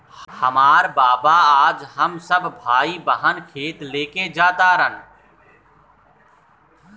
हामार बाबा आज हम सब भाई बहिन के खेत लेके जा तारन